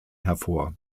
hervor